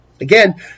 Again